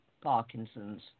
Parkinson's